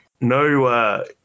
No